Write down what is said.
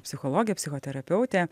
psichologė psichoterapeutė